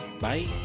Bye